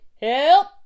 help